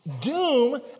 doom